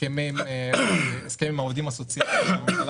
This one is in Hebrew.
הסכם עם העובדים הסוציאליים שהממשלה